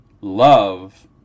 Love